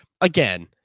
again